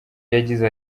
yagize